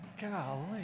Golly